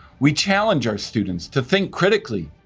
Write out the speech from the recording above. we challenge our students to think critically,